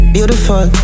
Beautiful